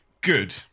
Good